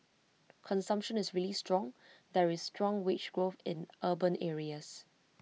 consumption is really strong there is strong wage growth in urban areas